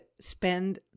spend